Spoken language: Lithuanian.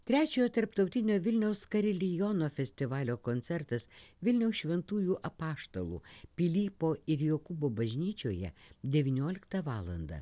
trečiojo tarptautinio vilniaus kariliono festivalio koncertas vilniaus šventųjų apaštalų pilypo ir jokūbo bažnyčioje devynioliktą valandą